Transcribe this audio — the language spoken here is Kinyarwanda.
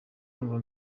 numva